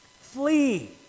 Flee